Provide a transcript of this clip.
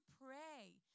pray